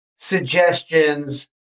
suggestions